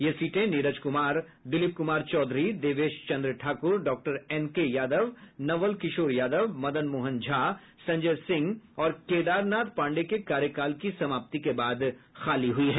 ये सीटें Neeraj Kumar Dilip Kumar Chaudhary Devesh Chandra Thakur doctor N K Yadav Naval Kishore Yadav Madan Mohan Jha Sanjay Singh और केदार नाथ पाण्डेय के कार्यकाल की समाप्ति के बाद खाली हुई हैं